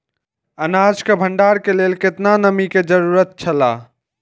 अनाज के भण्डार के लेल केतना नमि के जरूरत छला?